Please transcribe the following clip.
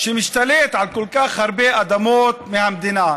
שמשתלט על כל כך הרבה אדמות מהמדינה?